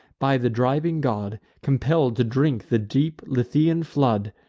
by the driving god, compell'd to drink the deep lethaean flood,